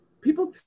people